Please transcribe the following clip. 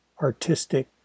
artistic